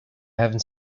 haven’t